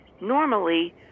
normally